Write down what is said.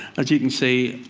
as you can see,